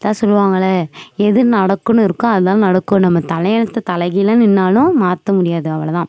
அதான் சொல்லுவாங்கள்ல எது நடக்கும்னு இருக்கோ அதான் நடக்கும் நம்ம தலையெழுத்தை தலைகீழ நின்றாலும் மாற்ற முடியாது அவ்வளவுதான்